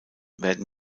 werden